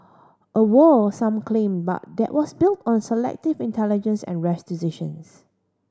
a war some claim but that was built on selective intelligence and rash decisions